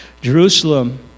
Jerusalem